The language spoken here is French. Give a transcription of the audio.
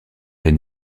est